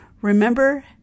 Remember